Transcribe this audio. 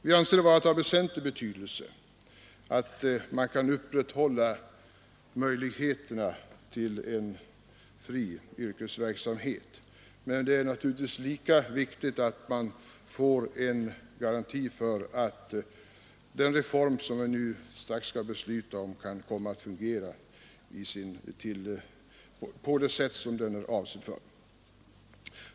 Vi anser det vara av väsentlig betydelse att man kan upprätthålla möjligheterna till fri yrkesverksamhet, men naturligtvis är det lika viktigt att man får en garanti för att den reform som vi strax skall besluta om kan komma att fungera på det sätt som är avsett.